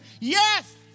Yes